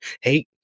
hey